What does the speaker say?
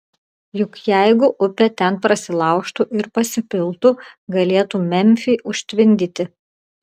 juk jeigu upė ten prasilaužtų ir pasipiltų galėtų memfį užtvindyti